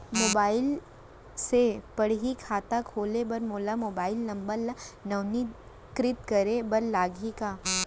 Mobile से पड़ही खाता खोले बर मोला मोबाइल नंबर ल नवीनीकृत करे बर लागही का?